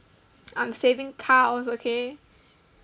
I'm saving cows okay